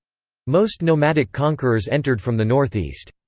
most nomadic conquerors entered from the northeast.